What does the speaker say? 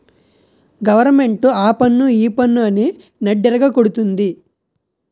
government ఆపన్ను ఈపన్ను అని నడ్డిరగ గొడతంది